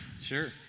sure